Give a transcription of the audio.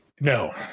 No